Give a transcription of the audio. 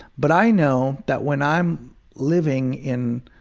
but i know that when i'm living in